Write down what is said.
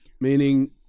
meaning